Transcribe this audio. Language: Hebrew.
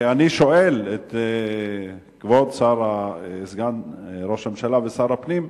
אני שואל את סגן ראש הממשלה ושר הפנים: